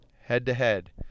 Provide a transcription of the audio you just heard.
head-to-head